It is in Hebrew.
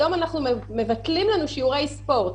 היום מבטלים לנו שיעורי ספורט,